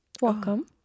Welcome